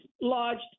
lodged